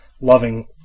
loving